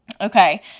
okay